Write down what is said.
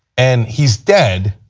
and he is dead,